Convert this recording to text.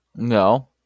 No